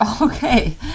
okay